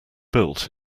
built